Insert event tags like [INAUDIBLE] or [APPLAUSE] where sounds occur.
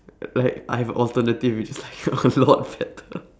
like I have alternative which is like [LAUGHS] a lot better